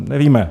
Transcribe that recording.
Nevíme.